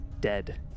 dead